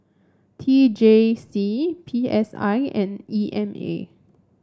T J C P S I and E M A